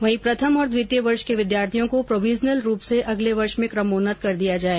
वहीं प्रथम और द्वितीय वर्ष के विद्यार्थियों को प्रोविजनल रूप से अगले वर्ष में क्रमोन्नत कर दिया जाए